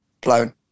blown